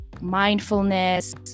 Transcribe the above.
mindfulness